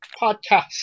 podcast